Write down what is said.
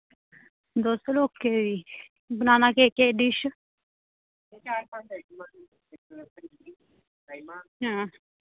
दो सौ लोकें दी बनाना केह् केह् डिश हां